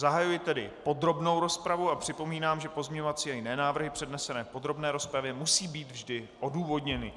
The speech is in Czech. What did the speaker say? Zahajuji tedy podrobnou rozpravu a připomínám, že pozměňovací a jiné návrhy přednesené v podrobné rozpravě musí být vždy odůvodněny.